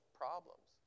problems